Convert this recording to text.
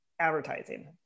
advertising